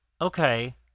okay